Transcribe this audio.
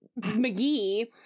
mcgee